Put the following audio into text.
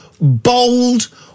bold